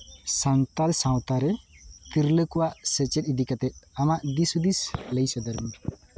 ᱥᱟᱱᱛᱟᱲ ᱥᱟᱶᱛᱟ ᱨᱮ ᱛᱤᱨᱞᱟᱹ ᱠᱩᱣᱟᱜ ᱥᱮᱪᱮᱫ ᱤᱫᱤ ᱠᱟᱛᱮ ᱟᱢᱟᱜ ᱫᱤᱥᱦᱩᱫᱤᱥ ᱞᱟᱹᱭ ᱥᱚᱫᱚᱨ ᱢᱮ